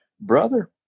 brother